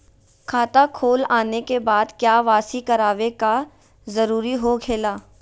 खाता खोल आने के बाद क्या बासी करावे का जरूरी हो खेला?